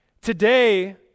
today